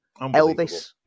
Elvis